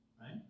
right